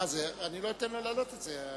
אני לא אתן לה להעלות את זה בהמשך.